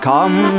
Come